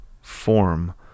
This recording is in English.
form